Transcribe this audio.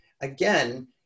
Again